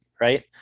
right